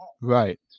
Right